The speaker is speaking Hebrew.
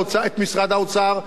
משרד האוצר לא מנוהל.